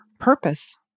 Purpose